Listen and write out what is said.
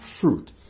fruit